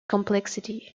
complexity